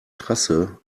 trasse